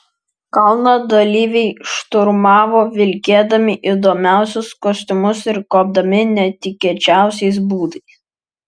kalną dalyviai šturmavo vilkėdami įdomiausius kostiumus ir kopdami netikėčiausiais būdais